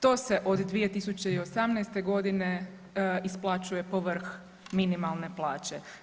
To se od 2018. godine isplaćuje povrh minimalne plaće.